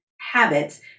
habits